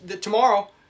tomorrow